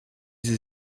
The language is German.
sie